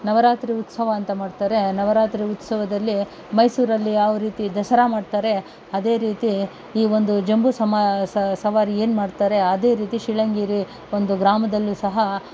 ನವರಾತ್ರಿ ಉತ್ಸವ ಅಂತ ಮಾಡ್ತಾರೆ ನವರಾತ್ರಿ ಉತ್ಸವದಲ್ಲಿ ಮೈಸೂರಲ್ಲಿ ಯಾವ ರೀತಿ ದಸರಾ ಮಾಡ್ತಾರೆ ಅದೇ ರೀತಿ ಈ ಒಂದು ಜಂಬೂ ಸಮಾ ಸವಾರಿ ಏನುಮಾಡ್ತಾರೆ ಅದೇ ರೀತಿ ಶಿಳಂಗೇರಿ ಒಂದು ಗ್ರಾಮದಲ್ಲೂ ಸಹ